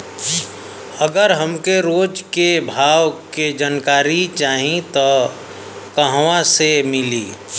अगर हमके रोज के भाव के जानकारी चाही त कहवा से मिली?